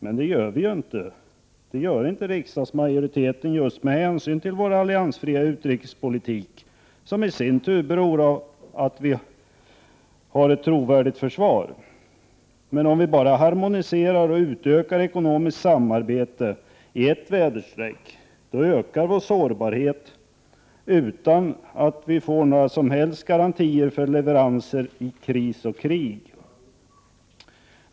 Men det gör ju inte riksdagsmajoriteten just med hänsyn till Sveriges alliansfria utrikespolitik, som i sin tur är beroende av att vi i Sverige har ett trovärdigt försvar. Men om vi bara harmoniserar och utökar ekonomiskt samarbete i ett väderstreck, ökar vi vår sårbarhet utan att få några som helst garantier för leveranser i kris och krig.